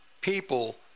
people